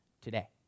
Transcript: today